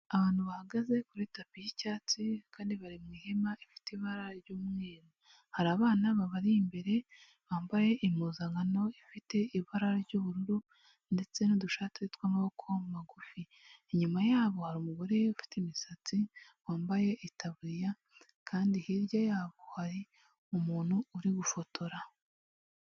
Abantu bahagaze kuri tapi y'icyatsi kandi bari mu ihema rifite ibara ry'umweru. Hari abana babari imbere bambaye impuzankano ifite ibara ry'ubururu ndetse n'udushati tw'amaboko magufi. Inyuma yabo hari umugore ufite imisatsi, wambaye itaburiya kandi hirya yabo hari umuntu uri gufotora.